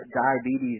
Diabetes